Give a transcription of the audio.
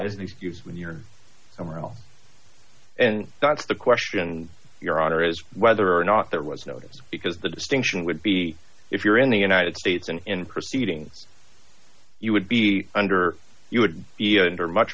is an excuse when you're somewhere else and that's the question your honor is whether or not that was noticed because the distinction would be if you're in the united states and in proceedings you would be under you would under much